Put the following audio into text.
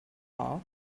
power